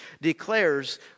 declares